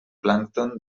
plàncton